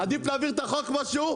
עדיף להעביר את החוק כמו שהוא,